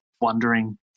wondering